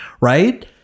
right